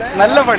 middle of um